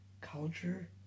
culture